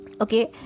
Okay